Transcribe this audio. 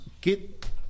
get